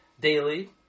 daily